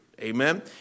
Amen